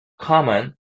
common